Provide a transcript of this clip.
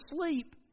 sleep